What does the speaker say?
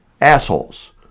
assholes